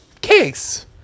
case